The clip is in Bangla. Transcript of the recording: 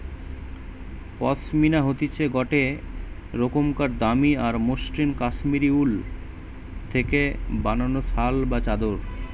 পশমিনা হতিছে গটে রোকমকার দামি আর মসৃন কাশ্মীরি উল থেকে বানানো শাল বা চাদর